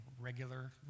regular